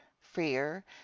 freer